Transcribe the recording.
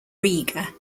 riga